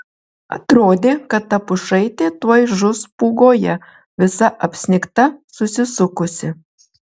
atrodė kad ta pušaitė tuoj žus pūgoje visa apsnigta susisukusi